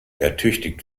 ertüchtigt